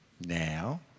now